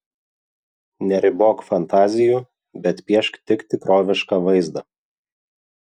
neribok fantazijų bet piešk tik tikrovišką vaizdą